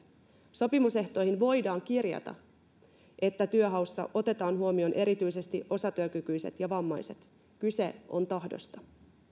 sopimusehtoihin voidaan kirjata että työnhaussa otetaan huomioon erityisesti osatyökykyiset ja vammaiset kyse on tahdosta